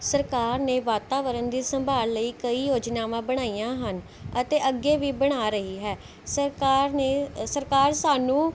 ਸਰਕਾਰ ਨੇ ਵਾਤਾਵਰਨ ਦੀ ਸੰਭਾਲ ਲਈ ਕਈ ਯੋਜਨਾਵਾਂ ਬਣਾਈਆਂ ਹਨ ਅਤੇ ਅੱਗੇ ਵੀ ਬਣਾ ਰਹੀ ਹੈ ਸਰਕਾਰ ਨੇ ਸਰਕਾਰ ਸਾਨੂੰ